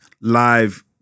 live